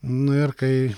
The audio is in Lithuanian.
nu ir kai